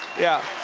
yeah.